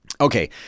Okay